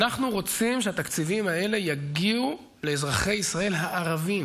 אנחנו רוצים שהתקציבים האלה יגיעו לאזרחי ישראל הערבים